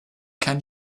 can